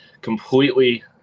completely